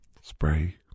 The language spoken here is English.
spray